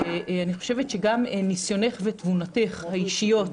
ואני חושבת שגם ניסיונך ותבונתך האישיות,